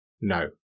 no